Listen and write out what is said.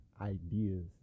ideas